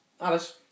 Alice